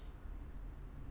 versus